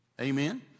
Amen